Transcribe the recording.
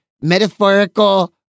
metaphorical